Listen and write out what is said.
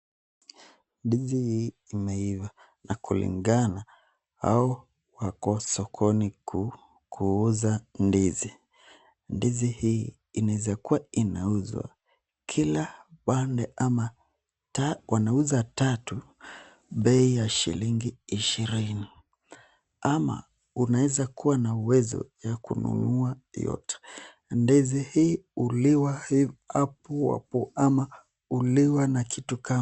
Ndizi hii imeiva na kulingana au wako sokoni kuuza ndizi. Ndizi hii inaweza kuwa inauzwa kila pande ama wanauza tatu bei ya shilingi 20. Ama unaweza kuwa na uwezo ya kununua yote. Ndizi hii huliwa hapo hapo ama huliwa na kitu kama.